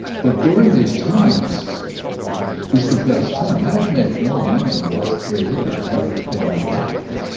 but during these times is the best time. i have made more money in the last three years than and ever before in my life.